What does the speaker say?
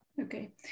Okay